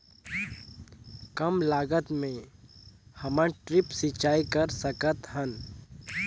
कम लागत मे हमन ड्रिप सिंचाई कर सकत हन?